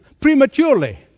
prematurely